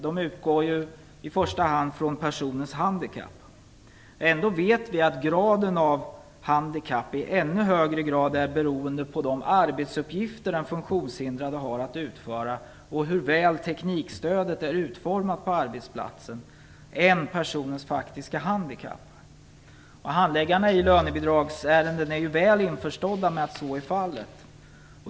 De utgår i första hand från personens handikapp. Ändå vet vi att graden av handikapp i högre grad är beroende av de arbetsuppgifter den funktionshindrade har att utföra och av hur väl teknikstödet är utformat på arbetsplatsen än av personens faktiska handikapp. Handläggarna i lönebidragsärenden är väl införstådda med att så är fallet.